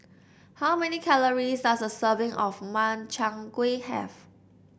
how many calories does a serving of Makchang Gui have